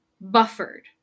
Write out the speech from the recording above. buffered